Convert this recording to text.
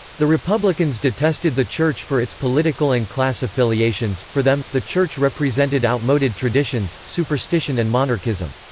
the republicans detested the church for its political and class affiliations for them, the church represented outmoded traditions, superstition and monarchism.